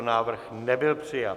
Návrh nebyl přijat.